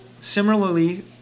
Similarly